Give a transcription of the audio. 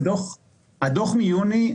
קודם כל הדוח מיוני.